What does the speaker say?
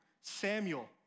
Samuel